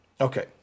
Okay